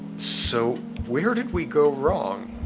so where did we go wrong?